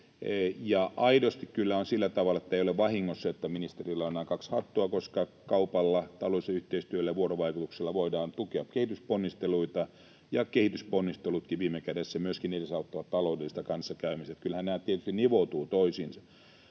aidosti kyllä on sillä tavalla, että ei vahingossa ministerillä ole nämä kaksi hattua, koska kaupalla, taloudellisella yhteistyöllä ja vuorovaikutuksella, voidaan tukea kehitysponnisteluita ja kehitysponnistelutkin viime kädessä myöskin edesauttavat taloudellista kanssakäymistä. Että kyllähän nämä tietysti nivoutuvat toisiinsa.